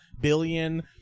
billion